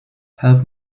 help